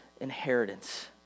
inheritance